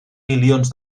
milions